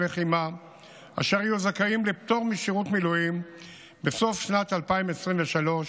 לחימה אשר יהיו זכאים לפטור משירות מילואים בסוף שנת 2023,